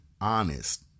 honest